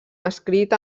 escrit